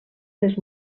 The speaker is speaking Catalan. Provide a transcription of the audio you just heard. les